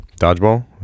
Dodgeball